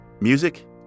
Music